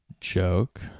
joke